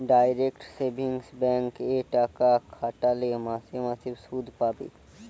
direct savings bank এ টাকা খাটালে মাসে মাসে শুধ পাবে